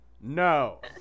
no